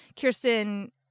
kirsten